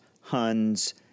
Huns